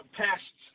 past